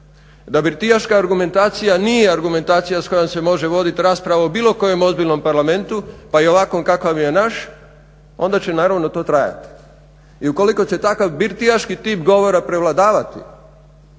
da birtijaška argumentacija nije argumentacija s kojom se može voditi rasprava u bilo kojem ozbiljnom parlamentu pa i ovakvom kakav je naš onda će naravno to trajati. I ukoliko će takav birtijaški tip govora prevladavati